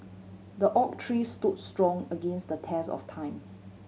the oak tree stood strong against the test of time